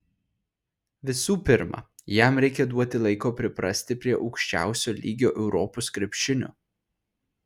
visų pirma jam reikia duoti laiko priprasti prie aukščiausio lygio europos krepšinio